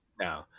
No